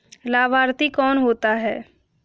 लाभार्थी कौन होता है?